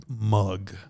mug